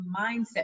mindset